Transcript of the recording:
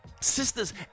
Sisters